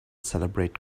celebrate